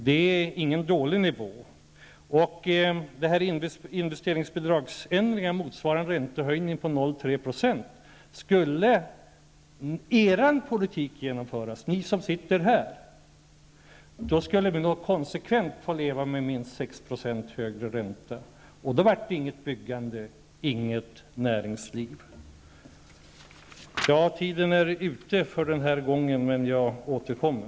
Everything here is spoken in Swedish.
Det är ingen dålig nedpressning av kostnaderna. Investeringsbidragsändringen motsvarar en räntehöjning på 0,3 %. Skulle er politik genomföras, vill jag säga till er som sitter här, skulle vi konsekvent få leva med minst 6 % högre ränta, och då vart det inget byggande, inget näringsliv. Tiden är ute för den här gången, men jag återkommer.